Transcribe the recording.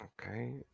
okay